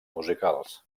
musicals